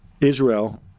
Israel